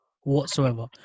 whatsoever